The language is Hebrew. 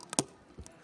תודה רבה.